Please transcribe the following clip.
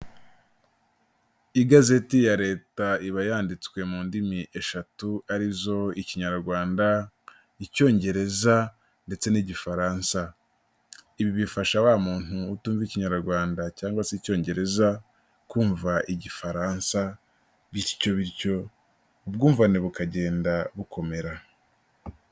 Igazeti ya leta iba yanditswe mu ndimi eshatu arizo ikinyarwanda, icyongereza ndetse n'igifaransa, ibi bifasha wa muntu utumva ikinyarwanda cyangwa se icyongereza kumva igifaransa bityo bityo ubwumvane bukagenda bukomera.